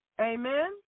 Amen